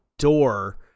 door